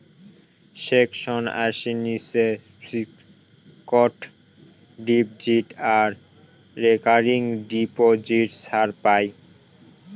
section আশির নীচে fixed deposit আর রেকারিং ডিপোজিট ছাড় পাই